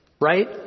Right